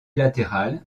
latérales